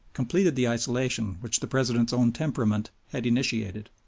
completed the isolation which the president's own temperament had initiated.